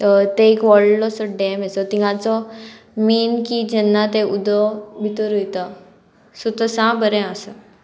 ते एक व्हडलोसो डॅम हे सो तिंगाचो मेन की जेन्ना ते उदक भितर वयता सो तो सा बरें आसा